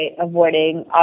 avoiding